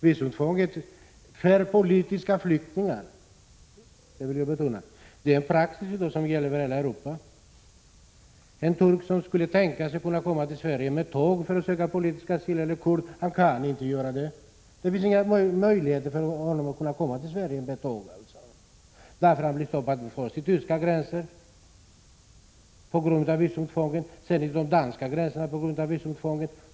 Visumtvånget för politiska flyktingar, det vill jag betona, följer den praxis som gäller över hela Europa. En turk eller en kurd som skulle tänka sig att komma till Sverige med tåg för att söka politisk asyl kan inte göra det. Han blir först stoppad vid tyska gränsen på grund av visumtvånget och sedan också vid den danska gränsen.